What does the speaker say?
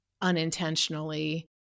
unintentionally